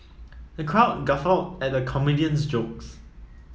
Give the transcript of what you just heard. the crowd guffawed at the comedian's jokes